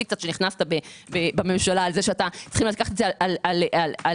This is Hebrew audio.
שנכנסת בממשלה על זה שאתה מוכן לקחת את זה על גבך.